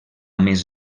més